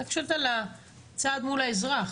אני רק שואלת על הצד מול האזרח,